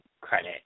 credit